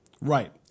Right